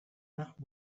that